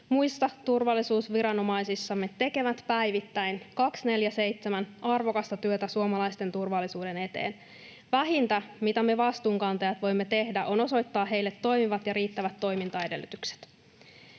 muissa turvallisuusviranomaisissamme tekevät päivittäin, 24/7, arvokasta työtä suomalaisten turvallisuuden eteen. Vähintä, mitä me vastuunkantajat voimme tehdä, on osoittaa heille toimivat ja riittävät toimintaedellytykset.